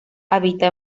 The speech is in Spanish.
habita